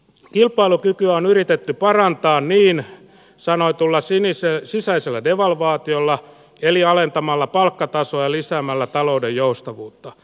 kilpailukyky on yritetty parantaa niin sanotulla sinisellä sisäisellä devalvaatiolla eli alentamalla palkkatasolla lisäämällä talouden joustavuutta